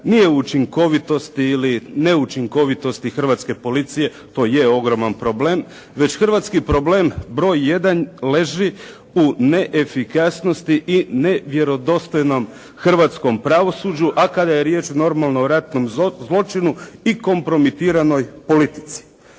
nije učinkovitost ili neučinkovitost Hrvatske policije, to je ogroman problem, već hrvatski problem broj jedan leži u ne efikasnosti i nevjerodostojnom hrvatskom pravosuđu, a kada je riječ o normalno ratnom zločinu i kompromitiranoj politici.